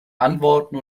antworten